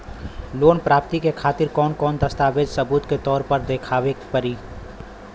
Loan प्राप्ति के खातिर कौन कौन दस्तावेज सबूत के तौर पर देखावे परी?